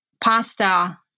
pasta